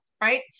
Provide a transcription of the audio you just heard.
right